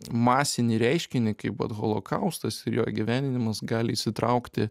masinį reiškinį kaip vat holokaustas ir jo įgyveninimas gali įsitraukti